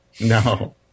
No